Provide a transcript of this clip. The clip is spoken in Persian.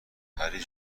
پری